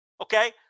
Okay